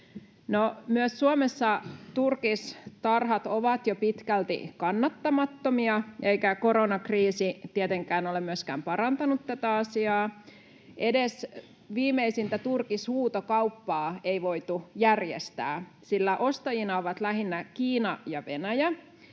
Myös Suomessa turkistarhat ovat jo pitkälti kannattamattomia, eikä koronakriisi tietenkään ole myöskään parantanut tätä asiaa. Edes viimeisintä turkishuutokauppaa ei voitu järjestää, sillä ostajina ovat lähinnä Kiina ja Venäjä,